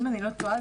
אם אני לא טועה,